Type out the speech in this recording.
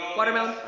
watermelon,